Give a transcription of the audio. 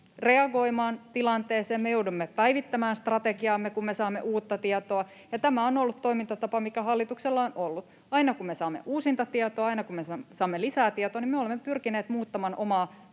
reagoimaan tilanteeseen, me joudumme päivittämään strategiaamme, kun me saamme uutta tietoa, ja tämä on ollut toimintatapa, mikä hallituksella on ollut. Aina kun me saamme uusinta tietoa, aina kun me saamme lisätietoa, me olemme pyrkineet muuttamaan omaa